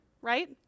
right